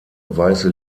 weiße